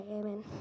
Amen